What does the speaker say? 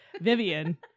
vivian